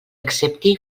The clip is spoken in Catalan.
accepti